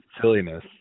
silliness